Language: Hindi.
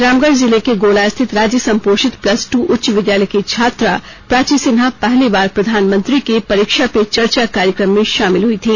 रामगढ़ जिले के गोला स्थित राज्य संपोषित प्लस टू उच्च विद्यालय की छात्रा प्राची सिन्हा पिछली बार प्रधानमंत्री के परीक्षा पे चर्चा कार्यक्रम में शामिल हुई थी